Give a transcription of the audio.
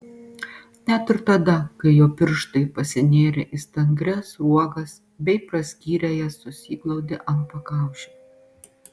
net ir tada kai jo pirštai pasinėrė į stangrias sruogas bei praskyrę jas susiglaudė ant pakaušio